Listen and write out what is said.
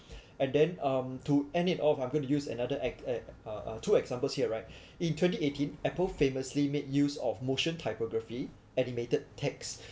and then um to end it off I'm going to use another act a uh two examples here right in twenty eighteen Apple famously made use of motion typography animated texts